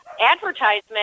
advertisement